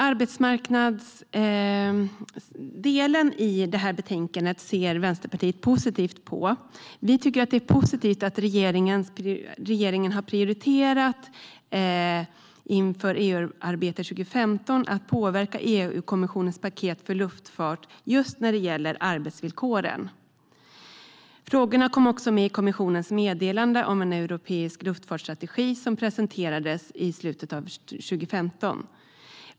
Vänsterpartiet ser positivt på arbetsmarknadsdelen i betänkandet. Det är bra att regeringen i EU-arbetet 2015 prioriterade att påverka EU-kommissionens paket för luftfart vad gäller just arbetsvillkoren. Frågorna kom också med i kommissionens meddelande om en europeisk luftfartsstrategi som presenterades i slutet av 2015.